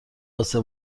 واسه